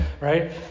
right